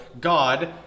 God